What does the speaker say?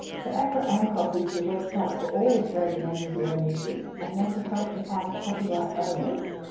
so apra ancos is the website for all australian and new zealand music and they can help to find copyright owners.